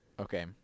Okay